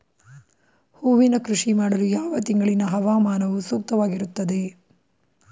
ಹೂವಿನ ಕೃಷಿ ಮಾಡಲು ಯಾವ ತಿಂಗಳಿನ ಹವಾಮಾನವು ಸೂಕ್ತವಾಗಿರುತ್ತದೆ?